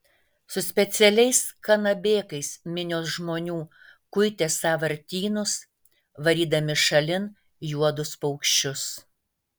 su specialiais kanabėkais minios žmonių kuitė sąvartynus varydami šalin juodus paukščius